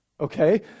Okay